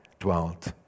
dwelt